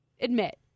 admit